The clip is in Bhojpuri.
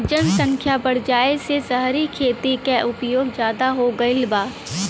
जनसख्या बढ़ जाये से सहरी खेती क उपयोग जादा हो गईल बा